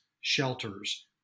shelters